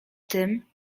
tym